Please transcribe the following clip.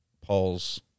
Paul's